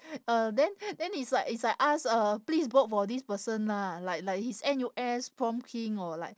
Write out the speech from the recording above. uh then then it's like it's like ask uh please vote for this person lah like like his N_U_S prom king or like